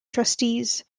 trustees